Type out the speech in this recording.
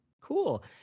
Cool